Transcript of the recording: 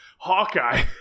hawkeye